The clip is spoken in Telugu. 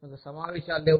మీకు సమావేశాలు లేవు